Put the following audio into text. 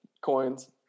coins